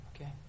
Okay